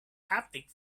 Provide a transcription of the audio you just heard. haptic